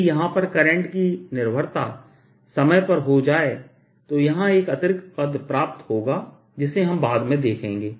यदि यहां पर करंट की निर्भरता समय पर हो जाए तो यहां एक अतिरिक्त पद प्राप्त होगा जिसे हम बाद में देखेंगे